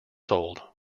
sold